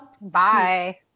Bye